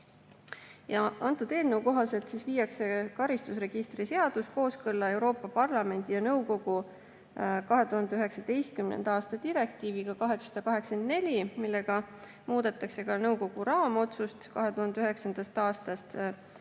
Eelnõu kohaselt viiakse karistusregistri seadus kooskõlla Euroopa Parlamendi ja nõukogu 2019. aasta direktiiviga 884, millega muudetakse nõukogu raamotsust 2009. aastast